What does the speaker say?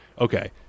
okay